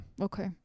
Okay